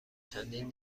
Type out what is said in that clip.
چندین